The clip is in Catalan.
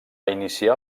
iniciar